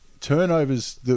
turnovers